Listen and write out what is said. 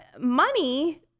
money